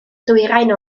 dwyrain